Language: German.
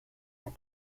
mehr